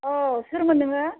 औ सोरमोन नोङो